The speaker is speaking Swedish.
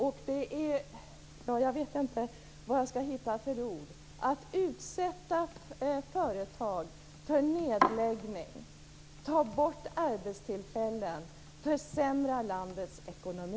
Och det är - ja, jag vet inte vad jag skall hitta för ord - att utsätta företag för nedläggning, ta bort arbetstillfällen och försämra landets ekonomi.